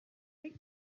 فکر